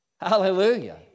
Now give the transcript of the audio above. Hallelujah